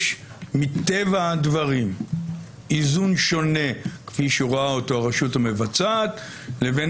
מטבע הדברים יש איזון שונה כפי שרואה אותו הרשות המבצעת לבין